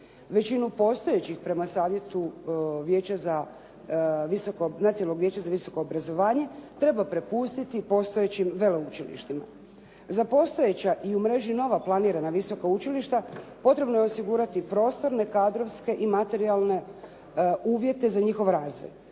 Većinu postojećih prema savjetu Vijeća za visoko, Nacionalnog vijeća za visoko obrazovanje treba prepustiti postojećim veleučilištima. Za postojeća i u mreži nova planirana visoka učilišta potrebno je osigurati prostorne, kadrovske i materijalne uvjete za njihov razvoj.